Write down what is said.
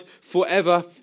forever